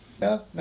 no